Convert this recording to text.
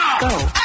go